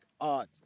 art